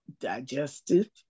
digestive